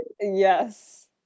Yes